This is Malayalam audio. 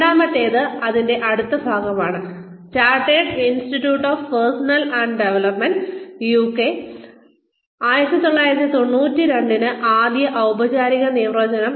രണ്ടാമത്തേത് ഇതിന്റെ അടുത്ത ഭാഗമാണ് chartered institute of personnel and development UK Chartered Institute of Personnel and Development UK 1992 ന്റെ ആദ്യ ഔപചാരിക നിർവചനം